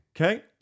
Okay